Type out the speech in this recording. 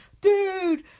dude